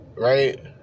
right